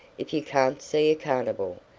if you can't see a carnival.